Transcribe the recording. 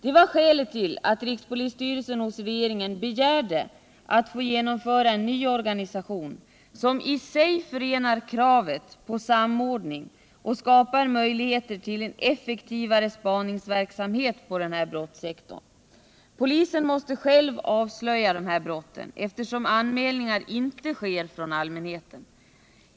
Det var skälet till att rikspolisstyrelsen hos regeringen begärde att få genomföra en ny organisation som i sig förenar kravet på samordning och skapar möjligheter till en effektivare spaningsverksamhet på den här brottssektorn. Polisen måste själv avslöja dessa brott, eftersom anmälningar inte görs av allmänheten.